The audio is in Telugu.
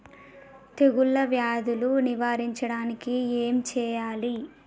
తెగుళ్ళ వ్యాధులు నివారించడానికి ఏం చేయాలి?